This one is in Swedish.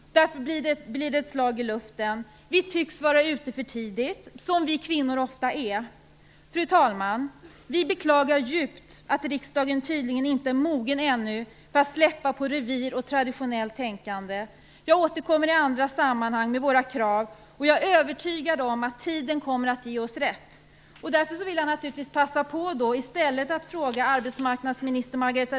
Därför blir det ett slag i luften. Vi tycks vara ute för tidigt, som vi kvinnor ofta är. Fru talman! Vi beklagar djupt att riksdagen tydligen inte ännu är mogen för att släppa på revir och traditionellt tänkande. Jag återkommer i andra sammanhang med våra krav, och jag är övertygad om att tiden kommer att ge oss rätt.